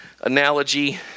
analogy